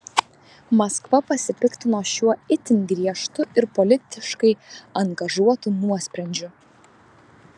maskva pasipiktino šiuo itin griežtu ir politiškai angažuotu nuosprendžiu